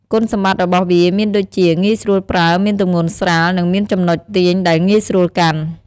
គុណសម្បត្តិរបស់វា មានដូចជា ងាយស្រួលប្រើ មានទម្ងន់ស្រាល និងមានចំណុចទាញដែលងាយស្រួលកាន់។